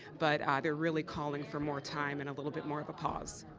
but ah they are really calling for more time and a little bit more of a pause.